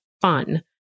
fun